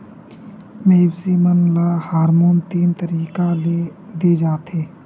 मवेसी मन ल हारमोन तीन तरीका ले दे जाथे